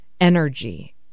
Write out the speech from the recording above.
energy